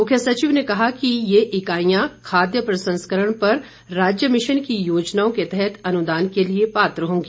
मुख्य सचिव ने कहा कि ये इकाईयां खाद्य प्रसंस्करण पर राज्य मिशन की योजनाओं के तहत अनुदान के लिए पात्र होंगी